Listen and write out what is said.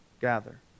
gather